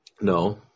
No